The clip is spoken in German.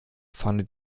fahndet